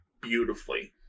beautifully